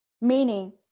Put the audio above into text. meaning